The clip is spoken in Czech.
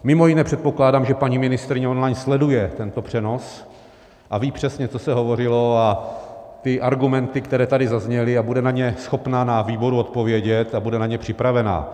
Mimo jiné předpokládám, že paní ministryně online sleduje tento přenos a ví přesně, co se hovořilo, a argumenty, které tady zazněly, a bude na ně schopna na výboru odpovědět a bude na ně připravena.